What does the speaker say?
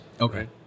Okay